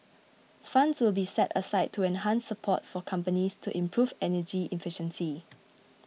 funds will be set aside to enhance support for companies to improve energy efficiency